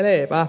selevä